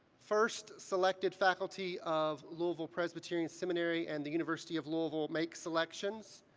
first selected faculty of louisville presbyterian seminary and the university of louisville make selections,